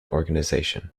organization